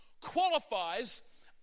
qualifies